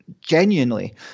genuinely